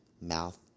mouth